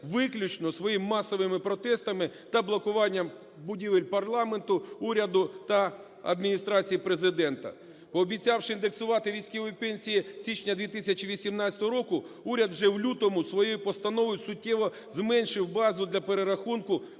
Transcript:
виключно своїми масовими протестами та блокуванням будівель парламенту, уряду та Адміністрації Президента. Пообіцявши індексувати військові пенсії з січня 2018 року, уряд вже в лютому своєю постановою суттєво зменшив базу для перерахунку,